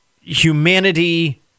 humanity